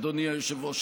אדוני היושב-ראש,